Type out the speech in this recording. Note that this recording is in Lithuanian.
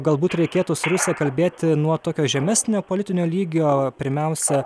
galbūt reikėtų su rusija kalbėti nuo tokio žemesnio politinio lygio pirmiausia